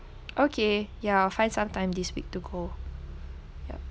okay ya I'll find sometime this week to go yup